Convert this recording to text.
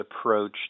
approach